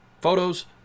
photos